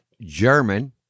german